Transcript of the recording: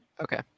Okay